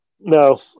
No